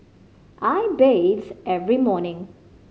I bathe every morning